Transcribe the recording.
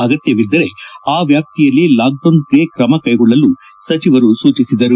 ಅಗತ್ಯವಿದ್ದರೆ ಆ ವ್ಯಾಪ್ತಿಯಲ್ಲಿ ಲಾಕ್ಡೌನ್ಗೆ ಕ್ರಮಕ್ಟೆಗೊಳ್ಳಲು ಸೂಚಿಸಿದರು